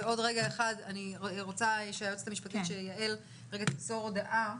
אני רוצה שהיועצת המשפטית, יעל, תמסור הודעה.